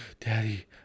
daddy